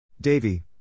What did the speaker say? Davy